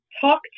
talk